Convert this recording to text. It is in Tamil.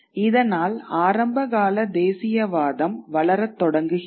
இதனால் ஆரம்பகால தேசியவாதம் வளரத் தொடங்குகிறது